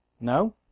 No